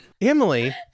Emily